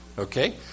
Okay